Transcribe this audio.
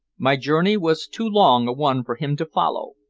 my journey was too long a one for him to follow,